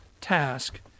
task